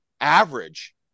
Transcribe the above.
average